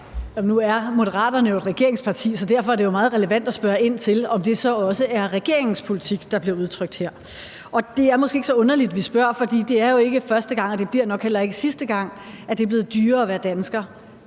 Moderaterne jo et regeringsparti, så derfor er det jo meget relevant at spørge ind til, om det så også er regeringens politik, der her blev udtrykt. Og det er måske ikke så underligt, at vi spørger, for det er jo ikke første gang, og det bliver nok heller ikke sidste gang, at det er blevet dyrere at være dansker,